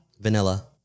Vanilla